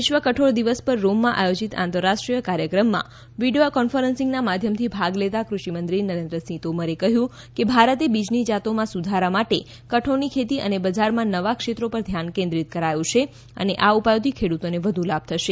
વિશ્વ કઠોળ દિવસ પર રોમમાં આયોજીત આંતરરાષ્રી રથ કાર્યક્રમમાં વિડીયો કોન્ફરન્સીંગના માધ્યમથી ભાગ લેતાં દૃષિમંત્રી નરેન્લ સિંહ તોમરે કહ્યું કે ભારતે બીજની જાતોમાં સુધારા માટે કઠોળની ખેતી અને બજારમાં નવા ક્ષેત્રો પર ધ્યાન કેન્રિકેત કરાયું છે અને આ ઉપાયોથી ખેડૂતોને વધુ લાભ થશે